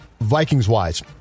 Vikings-wise